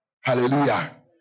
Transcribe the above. Hallelujah